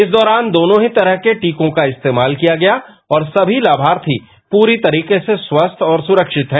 इस दौरान दोनों ही तरह की के टीकॉ का इस्तेमाल किया गया और सभी लमार्थी पूरी तरीके से स्वस्थ और सुरक्षित हैं